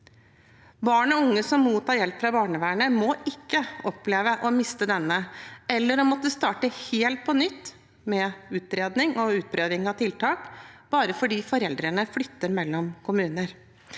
Barn og unge som mottar hjelp fra barnevernet, må ikke oppleve å miste denne eller å måtte starte helt på nytt med utredning og utprøving av tiltak bare fordi foreldrene flytter mellom kommuner.